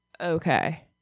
Okay